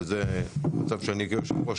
וזה מצב שאני כיושב-ראש,